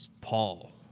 Paul